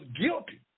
guilty